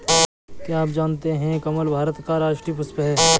क्या आप जानते है कमल भारत का राष्ट्रीय पुष्प है?